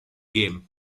game